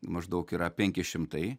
maždaug yra penki šimtai